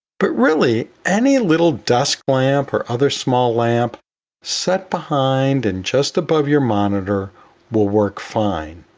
but really, any little desk lamp or other small lamp set behind and just above your monitor will work fine.